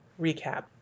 recap